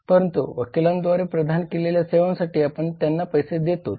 परंतु वकीलांद्वारे प्रदान केलेल्या सेवांसाठी आपण त्यांना पैसे देतोत